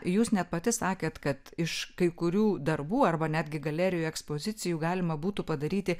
jūs net pati sakėt kad iš kai kurių darbų arba netgi galerijų ekspozicijų galima būtų padaryti